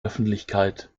öffentlichkeit